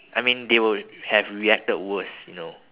I mean they would have reacted worse you know